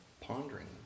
Pondering